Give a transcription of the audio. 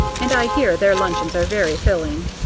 and i hear their luncheons are very filling.